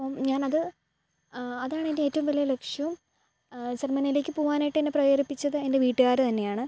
അപ്പം ഞാനത് അതാണെൻ്റെ ഏറ്റോം വലിയ ലക്ഷ്യം ജർമ്മനിലേക്ക് പോവാനായിട്ട് എന്നെ പ്രേരിപ്പിച്ചത് എൻ്റെ വീട്ടുകാർ തന്നെയാണ്